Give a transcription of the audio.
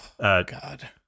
God